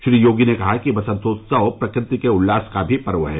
श्री योगी ने कहा कि वसन्तोत्सव प्रकृति के उल्लास का भी पर्व है